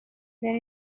than